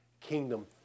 kingdom